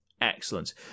excellent